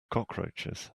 cockroaches